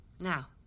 now